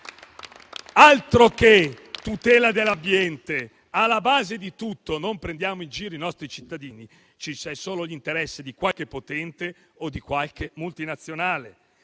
Altro che tutela dell'ambiente: alla base di tutto - non prendiamo in giro i nostri cittadini - ci sono solo gli interessi di qualche potente o di qualche multinazionale.